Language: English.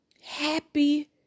happy